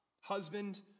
husband